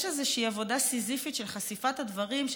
יש איזושהי עבודה סיזיפית של חשיפת הדברים,